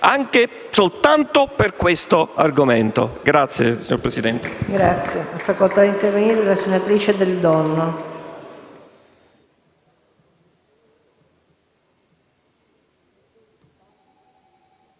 anche soltanto per questo argomento.